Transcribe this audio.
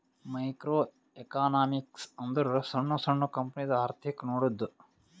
micro economics ಅಂದುರ್ ಸಣ್ಣು ಸಣ್ಣು ಕಂಪನಿದು ಅರ್ಥಿಕ್ ನೋಡದ್ದು